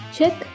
Check